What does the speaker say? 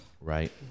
Right